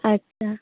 अच्छा